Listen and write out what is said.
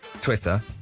Twitter